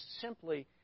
simply